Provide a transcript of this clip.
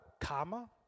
karma